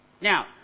Now